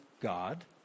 God